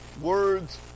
words